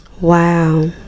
Wow